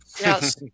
Yes